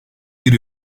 bir